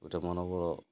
ଗୋଟେ ମନୋବଳ